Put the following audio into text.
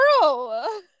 girl